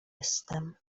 jestem